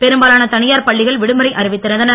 பெரும்பாலான தனியார் பள்ளிகள் விடுமுறை அறிவித்திருந்தன